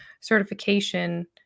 certification